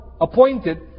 appointed